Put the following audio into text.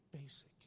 basic